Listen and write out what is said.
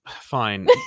Fine